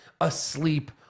asleep